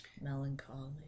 melancholy